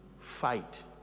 fight